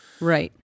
Right